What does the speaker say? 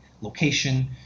location